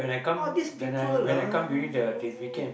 oh these people ah !aiyo!